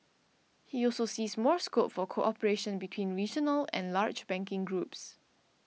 he also sees more scope for cooperation between regional and large banking groups